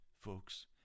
folks